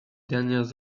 dernières